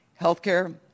healthcare